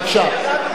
בבקשה.